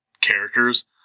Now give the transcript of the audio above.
characters